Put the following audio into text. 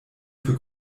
für